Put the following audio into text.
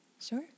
Sure